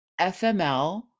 fml